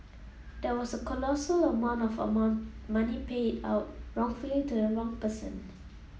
there was a colossal amount of a money paid out wrongfully to the wrong person